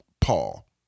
Paul